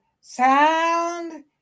sound